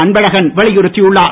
அன்பழகன் வலியுறுத்தியுள்ளார்